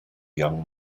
young